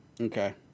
Okay